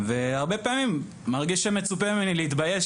הרבה פעמים אני מרגיש שמצופה ממני להתבייש